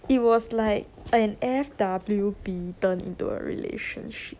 it was like an F_W_B turn into a relationship